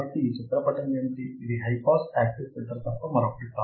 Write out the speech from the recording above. కాబట్టి ఈ చిత్రపటము ఏమిటి ఇది హై పాస్ యాక్టివ్ ఫిల్టర్ తప్ప మరొకటి కాదు